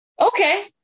Okay